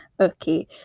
okay